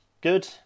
Good